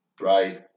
right